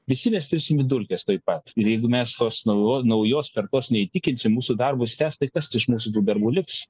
visi mes virsim į dulkes taip pat ir jeigu mes tos nau naujos kartos neįtikinsim mūsų darbus tęs tai kas iš mūsų tų darbų liks